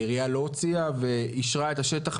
העירייה לא הוציאה ואישרה את השטח,